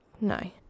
No